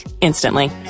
instantly